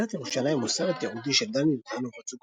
"מלכת ירושלים" הוא סרט תיעודי של דני דותן ובת